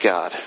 God